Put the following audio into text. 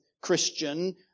Christian